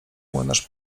młynarz